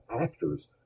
actors